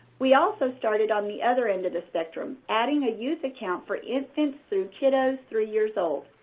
we also started on the other end of the spectrum adding a youth account for infants through kiddos three years old.